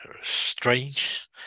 strange